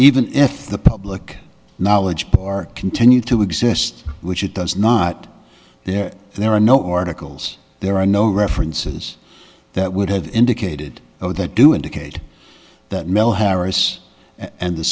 even if the public knowledge bar continue to exist which it does not there there are no articles there are no references that would have indicated or that do indicate that mel harris and the